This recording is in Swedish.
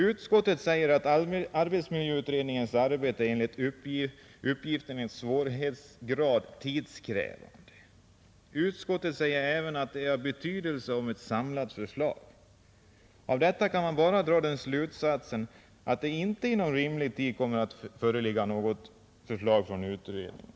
Utskottet säger att arbetsmiljöutredningens arbete enligt uppgiftens svårighetsgrad är tidskrävande. Utskottet säger även att ett samlat förslag är av betydelse. Av detta kan man bara dra den slutsatsen att det inte inom rimlig tid kommer att föreligga något förslag från utredningen.